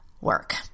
work